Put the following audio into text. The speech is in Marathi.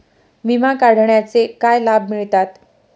विमा काढण्याचे काय लाभ मिळतात?